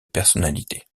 personnalités